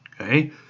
okay